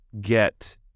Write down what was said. get